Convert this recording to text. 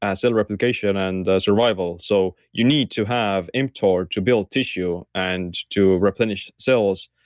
and cell replication, and survival. so you need to have mtor to build tissue and to replenish cells,